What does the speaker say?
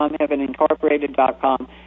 heavenincorporated.com